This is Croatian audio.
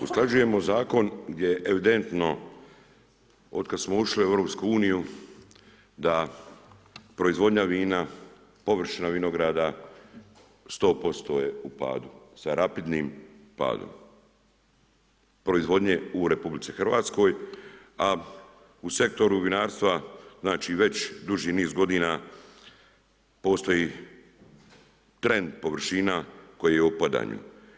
Usklađujemo zakon gdje evidentno otkad smo ušli u EU, da proizvodnja vina, površina vinograda 100% je u padu, sa rapidnim padu proizvodnje u RH, a u sektoru vinarstva, već duži niz godina, postoji trend, površina, koja je u opadanju.